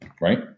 Right